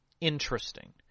interesting